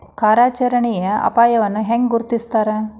ಕಾರ್ಯಾಚರಣೆಯ ಅಪಾಯವನ್ನ ಹೆಂಗ ಗುರ್ತುಸ್ತಾರ